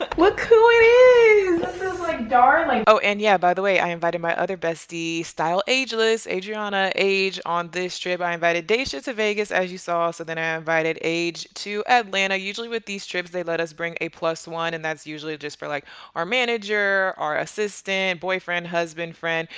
but look who it is. this is like darling. oh and yeah, by the way, i invited my other bestie, style ageless, adriana age on this trip. i invited daisha to vegas as you saw so then i invited age to atlanta. usually with these trips they let us bring a plus one and that's usually just for like our manager, our assistant, boyfriend, husband, friend,